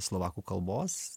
slovakų kalbos